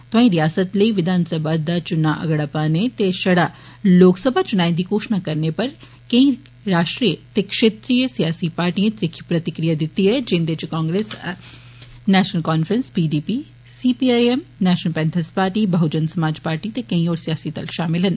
तोआंई रियासतै लेई विधानसभा दा चुनां अगडे पाने ते षड़ा लोकसभा चुनाएं दी घोशणा करने पर केंई राश्ट्रीय ते क्षेत्रीय सियासी पार्टिएं त्रिक्खी प्रतिक्रिया दित्ती ऐ जिन्दे च Congress I National Conference P D P C P I M National Panthers Party Bahujan Samaj Party ते केंई होर सियासी दल षामल न